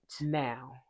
Now